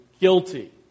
guilty